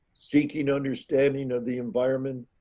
seeking understanding of the environment,